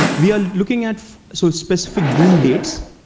we're looking at so specific boom dates.